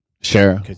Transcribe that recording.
Sure